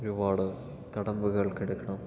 ഒരുപാട് കടമ്പകൾ കടക്കണം